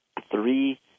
three